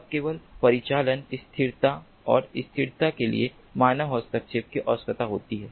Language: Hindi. तब केवल परिचालन स्थिरता और स्थिरता के लिए मानव हस्तक्षेप की आवश्यकता होती है